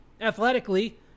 athletically